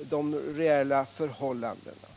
de reella förhållandena.